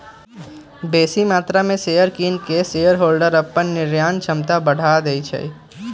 बेशी मत्रा में शेयर किन कऽ शेरहोल्डर अप्पन निर्णय क्षमता में बढ़ा देइ छै